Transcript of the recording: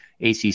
ACC